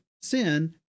sin